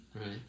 Right